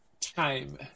time